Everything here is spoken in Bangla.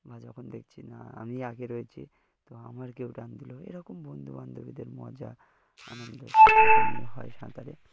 বা যখন দেখছি না আমি আগে রয়েছি তো আমার কেউ টান দিলো এরকম বন্ধুবান্ধবীদের মজা আনন্দ হয় সাঁতারে